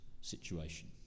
situation